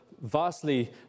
vastly